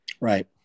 Right